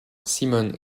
simon